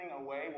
away